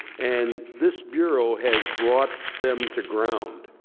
and this bureau has brought them to ground.